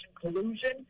collusion